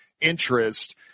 interest